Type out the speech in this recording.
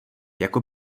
jako